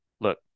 look